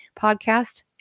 Podcast